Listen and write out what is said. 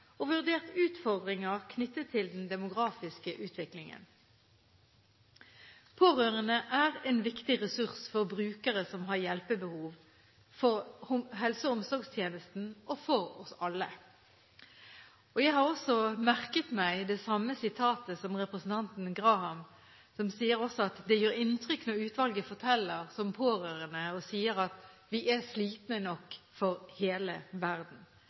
og vurdert utfordringer knyttet til den demografiske utviklingen. Pårørende er en viktig ressurs for brukere som har hjelpebehov, for helse- og omsorgstjenesten og for oss alle. Jeg har merket meg det samme sitatet som representanten Graham, som sier at det gjør inntrykk når utvalget forteller om pårørende som sier at de er «slitne nok for hele verden»,